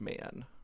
man